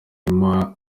emma